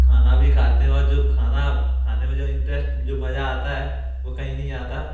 खाना भी खाते है जो खाना खाने में जो इंटरेस्ट जो मजा आता है वो कहीं नही आता